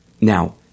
Now